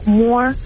more